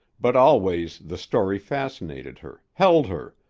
but always the story fascinated her, held her,